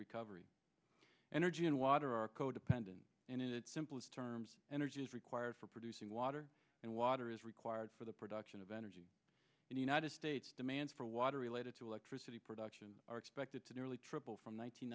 recovery energy and water are codependent and in its simplest terms energy is required for producing water and water is required for the production of energy in the united states demand for water related to electricity production are expected to nearly triple from